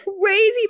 crazy